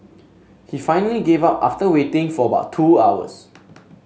he finally gave up after waiting for about two hours